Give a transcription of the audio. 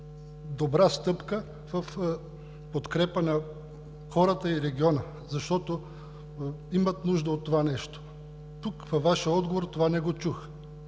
добра стъпка в подкрепа на хората и региона, защото имат нужда от това нещо. Във Вашия отговор не чух